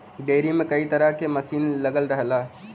dairy में कई तरे क मसीन लगल रहला